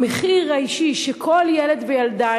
המחיר האישי שכל ילד וילדה,